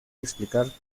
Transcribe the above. explicar